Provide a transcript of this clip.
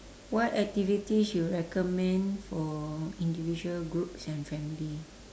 what activities you recommend for individual groups and family